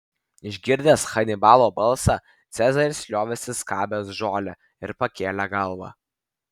išgirdęs hanibalo balsą cezaris liovėsi skabęs žolę ir pakėlė galvą